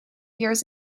years